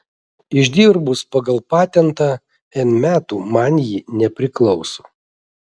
išdirbus pagal patentą n metų man ji nepriklauso